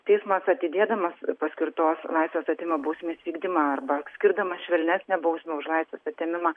teismas atidėdamas paskirtos laisvės atėmimo bausmės vykdymą arba skirdamas švelnesnę bausmę už laisvės atėmimą